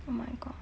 oh my god